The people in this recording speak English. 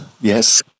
yes